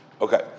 Okay